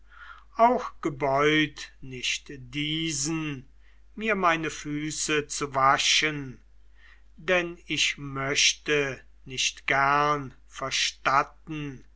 auch gebeut nicht diesen mir meine füße zu waschen denn ich möchte nicht gern verstatten